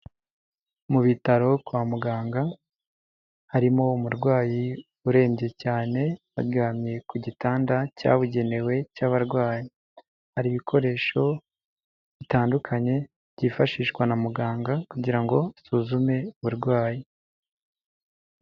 Mu bitaro kwa muganga, harimo umurwayi urembye cyane, aryamye ku gitanda cyabugenewe cy'abarwayi, hari ibikoresho bitandukanye byifashishwa na muganga kugira ngo asuzume uburwayi.